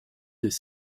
des